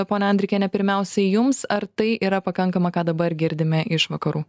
ponia andrikiene pirmiausiai jums ar tai yra pakankama ką dabar girdime iš vakarų